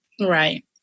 Right